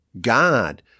God